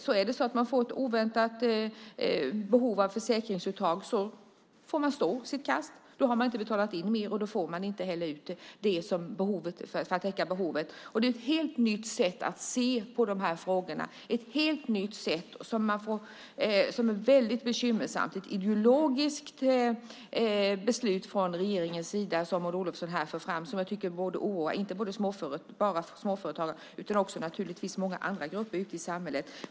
Om man får ett oväntat behov av försäkringsuttag så får man stå sitt kast. Har man inte betalat in mer får man inte heller ut det man behöver för att täcka behovet. Det är ett helt nytt sätt att se på dessa frågor, som är mycket bekymmersamt. Det är ett ideologiskt beslut från regeringens sida som Maud Olofsson här för fram. Det borde inte bara oroa småföretagarna utan även många andra grupper ute i samhället.